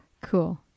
Cool